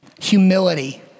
humility